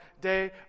day